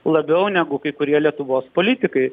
labiau negu kai kurie lietuvos politikai